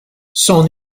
son